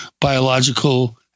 biological